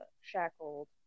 shackled